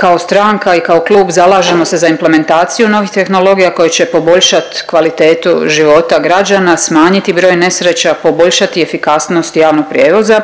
Kao stranka i kao klub zalažemo se za implementaciju novih tehnologija koji će poboljšat kvalitetu života građana, smanjiti broj nesreća, poboljšati efikasnost javnog prijevoza,